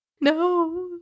No